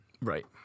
Right